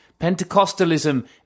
Pentecostalism